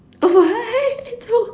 oh what